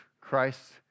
Christ